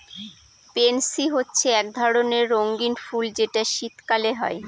pansy হচ্ছে এক ধরণের রঙ্গীন ফুল যেটা শীতকালে হয়